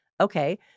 Okay